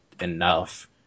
enough